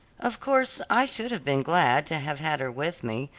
of course i should have been glad to have had her with me,